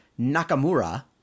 Nakamura